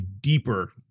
deeper